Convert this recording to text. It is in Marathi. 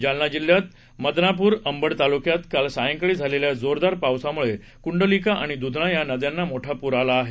जालना जिल्ह्यात जालना बदनापूर आणि अंबड तालुक्यात काल सायंकाळी झालेल्या जोरदार पावसामुळे कुंडलिका आणि द्धना या नद्यांना मोठा पूर आला आहे